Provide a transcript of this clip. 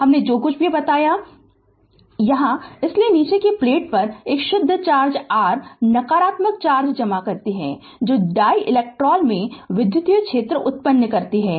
हमने जो कुछ भी बताया यहाँ इसलिए निचली प्लेट एक शुद्ध चार्ज r नकारात्मक चार्ज जमा करती है जो डाईइलेक्ट्रिक में विद्युत क्षेत्र उत्पन्न करती है